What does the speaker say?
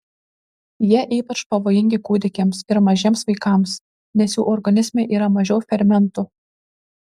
jie ypač pavojingi kūdikiams ir mažiems vaikams nes jų organizme yra mažiau fermentų